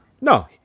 No